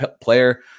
player